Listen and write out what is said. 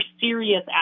serious